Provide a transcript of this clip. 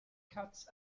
cuts